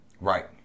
Right